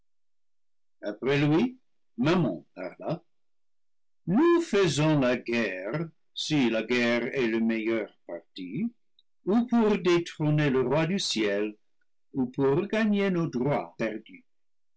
mammon parla nous faisons la guerre si la guerre est le meilleur parti ou pour détrôner le roi du ciel ou pour regagner nos droits perdus